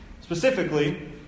Specifically